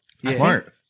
Smart